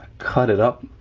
cut it up,